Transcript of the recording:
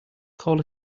call